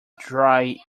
dry